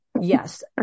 yes